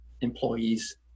employees